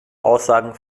aussagen